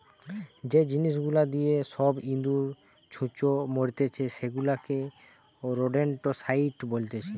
যে জিনিস গুলা দিয়ে সব ইঁদুর, ছুঁচো মারতিছে সেগুলাকে রোডেন্টসাইড বলতিছে